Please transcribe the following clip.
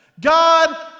God